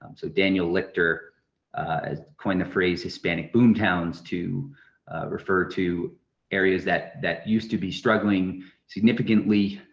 um so daniel lichter coined the phrase hispanic boomtowns to refer to areas that that used to be struggling significantly,